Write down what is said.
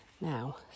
now